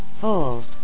full